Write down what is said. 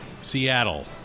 Seattle